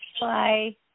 Bye